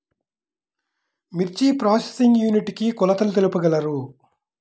మిర్చి processing unit కి కొలతలు తెలుపగలరు?